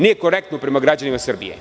Nije korektno prema građanima Srbije.